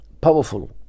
powerful